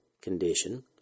condition